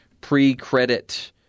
pre-credit